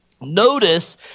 Notice